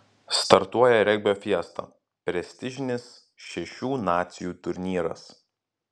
startuoja regbio fiesta prestižinis šešių nacijų turnyras